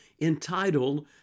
entitled